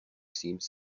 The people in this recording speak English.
seemed